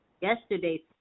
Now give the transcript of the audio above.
yesterday